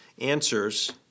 answers